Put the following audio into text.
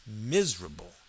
miserable